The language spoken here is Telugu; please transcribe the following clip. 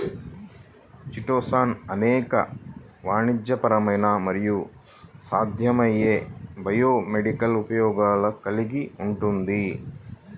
చిటోసాన్ అనేక వాణిజ్యపరమైన మరియు సాధ్యమయ్యే బయోమెడికల్ ఉపయోగాలు కలిగి ఉంటుంది